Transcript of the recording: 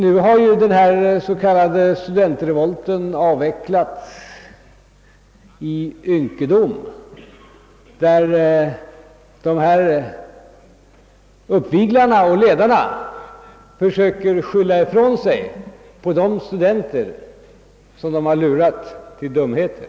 Nu har som bekant den s.k. studentrevolten avvecklats och avslöjats i sin ynkedom, där uppviglarna och ledarna försöker skylla ifrån sig på de studenter som de har lurat till dumheter.